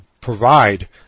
provide